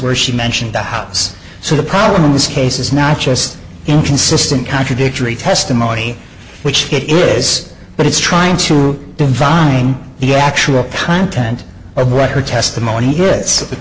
where she mentioned the house so the problem in this case is not just inconsistent contradictory testimony which it is but it's trying to divine the actual content of right her testimony here is the